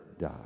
die